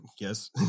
yes